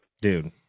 Dude